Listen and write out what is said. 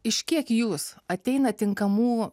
iš kiek jūs ateina tinkamų